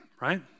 Right